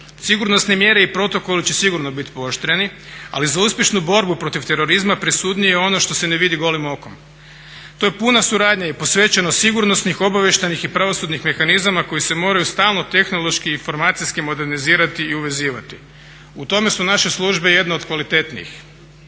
Sigurnosne mjere i protokoli će sigurno biti pooštreni, ali za uspješnu borbu protiv terorizma presudnije je ono što se ne vidi golim okom. To je puna suradnja i posvećenost sigurnosnih, obavještajnih i pravosudnih mehanizama koji se moraju stalno tehnološki i informacijski modernizirati i uvezivati. U tome su naše službe jedne od kvalitetnijih.